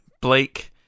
Blake